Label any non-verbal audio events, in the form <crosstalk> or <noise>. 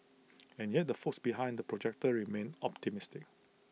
<noise> and yet the folks behind the projector remain optimistic